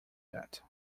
that